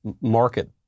market